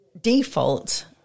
default